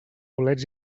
bolets